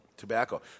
tobacco